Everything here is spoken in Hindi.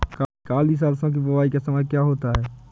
काली सरसो की बुवाई का समय क्या होता है?